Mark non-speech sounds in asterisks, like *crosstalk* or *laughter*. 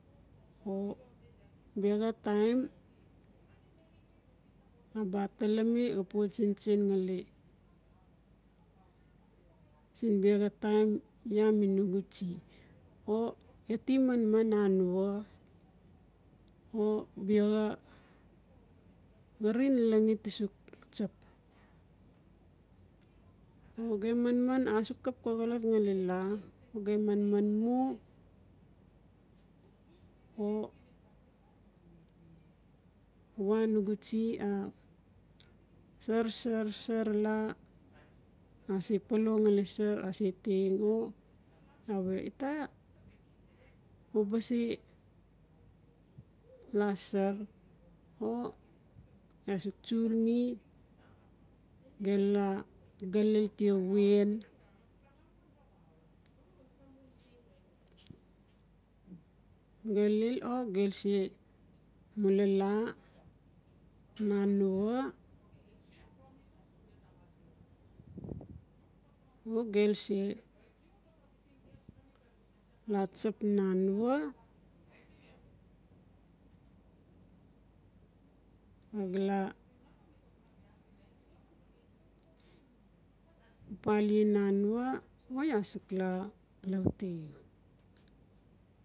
O biaxa taim iaa ba ata lami xapu tsintsin ngali siin biaxa taim iaa mi nugu tsie o iaa ti manman nanua o biaxa xarin langit tasuk tsap. O gem manman asuk kap xa xolot ngali laa gem manman mu o uwa nugu tsie a sar-sar-sar laa ase palo ngali sar ase teng o awe ita ge ba se laa sar o iaa se tsul mi gelu la galil tia wen *noise* galil or gelse mula laa nanua *noise* o gelse *noise* laa tsap nanua o gala *noise* papali nanua o iaa suk laa lauteng